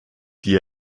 die